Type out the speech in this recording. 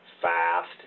Fast